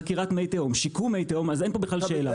חקירת מי תהום ושיקום מי תהום אין פה בכלל שאלה.